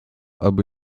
aby